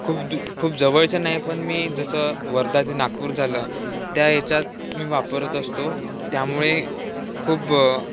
खूप दू खूप जवळच्या नाही पण मी जसं वर्धा ते नागपूर झालं त्या याच्यात मी वापरत असतो त्यामुळे खूप